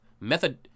method